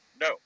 no